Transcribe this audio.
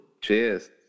Cheers